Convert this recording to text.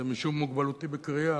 זה משום מוגבלותי בקריאה.